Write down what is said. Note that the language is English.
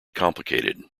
complicated